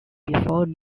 before